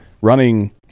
running